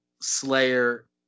Slayer